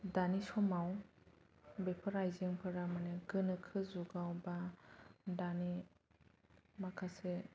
दानि समाव बेफोर आइजेंफोरा माने गोनोखो जुगाव बा दानि माखासे